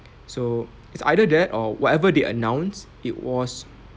so it's either that or whatever they announced it was